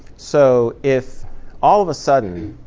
so if all of a sudden